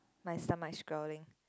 my stomach growling